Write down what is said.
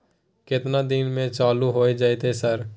केतना दिन में चालू होय जेतै सर?